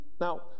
Now